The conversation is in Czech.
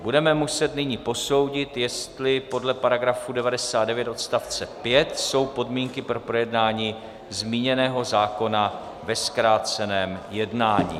Budeme muset nyní posoudit, jestli podle § 99 odst. 5 jsou podmínky pro projednání zmíněného zákona ve zkráceném jednání.